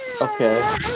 Okay